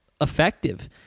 effective